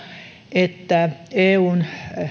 että eun